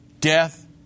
death